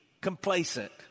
complacent